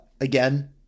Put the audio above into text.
Again